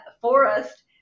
forest